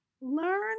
Learn